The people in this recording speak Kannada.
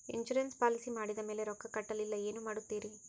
ಇನ್ಸೂರೆನ್ಸ್ ಪಾಲಿಸಿ ಮಾಡಿದ ಮೇಲೆ ರೊಕ್ಕ ಕಟ್ಟಲಿಲ್ಲ ಏನು ಮಾಡುತ್ತೇರಿ?